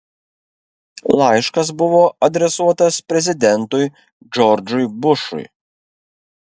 laiškas buvo adresuotas prezidentui džordžui bušui